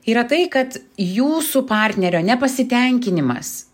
yra tai kad jūsų partnerio nepasitenkinimas